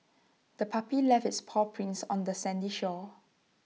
the puppy left its paw prints on the sandy shore